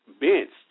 benched